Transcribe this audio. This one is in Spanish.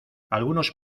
algunos